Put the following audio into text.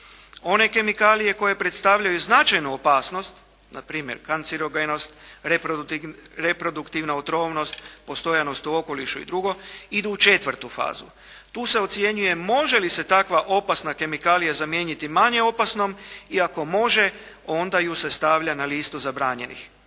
One kemikalije koje predstavljaju značajnu opasnost, na primjer kancerogenost, reproduktivnu otrovnost, postojanost u okolišu i drugo idu u četvrtu fazu. Tu se ocjenjuje može li se takva opasna kemikalija zamijeniti manje opasnost i ako može onda ju se stavlja na listu zabranjenih.